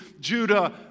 Judah